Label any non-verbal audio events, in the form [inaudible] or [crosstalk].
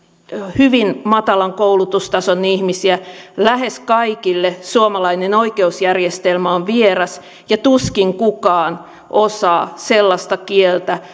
hyvin matalan koulutustason ihmisiä lähes kaikille suomalainen oikeusjärjestelmä on vieras ja tuskin kukaan osaa kunnolla sellaista kieltä [unintelligible]